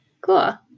Cool